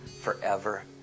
forever